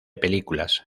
películas